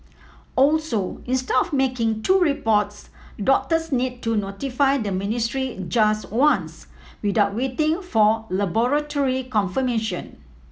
also instead of making two reports doctors need to notify the ministry just once without waiting for laboratory confirmation